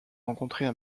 rencontrées